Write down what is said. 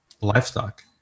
livestock